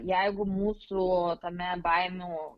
jeigu mūsų tame baimių